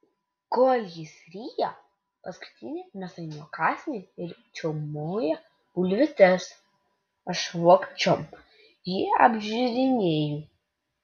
kol jis ryja paskutinį mėsainio kąsnį ir čiaumoja bulvytes aš vogčiom jį apžiūrinėju